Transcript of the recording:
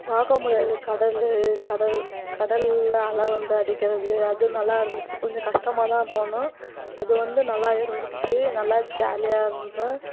பார்க்கமுடியாதது கடல் கடல் கடலில் அலை வந்து அடிக்கிறது அது நல்லா இருந்துச்சு கொஞ்சம் கஷ்டமாக தான் போனோம் அது வந்து நல்லாவே இருந்துச்சு நல்லா ஜாலியாக இருந்தோம்